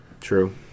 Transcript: True